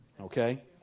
Okay